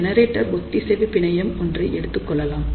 generator ஒத்திசைவு பிணையம் ஒன்றை எடுத்துக் கொள்ளலாம்